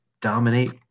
dominate